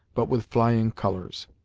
but with flying colours.